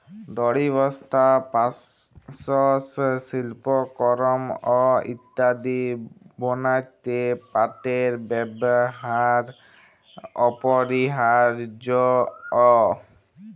দড়ি, বস্তা, পাপস, সিল্পকরমঅ ইত্যাদি বনাত্যে পাটের ব্যেবহার অপরিহারয অ